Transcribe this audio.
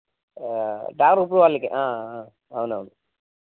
అవునవును